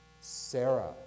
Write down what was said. Sarah